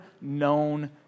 known